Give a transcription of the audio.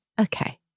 Okay